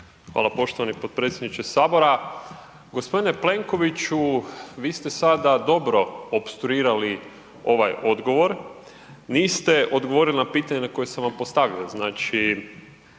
Hvala poštovani potpredsjedniče Sabora. Gospodine Plenkoviću, vi ste sada dobro opstruirali ovaj odgovor, niste odgovorili na pitanje koje sam vam postavio. Znači